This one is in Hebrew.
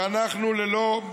ואנחנו, ללא,